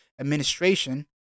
Administration